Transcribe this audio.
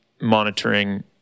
monitoring